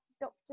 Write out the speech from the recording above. Doctor